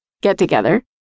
get-together